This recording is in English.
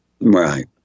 Right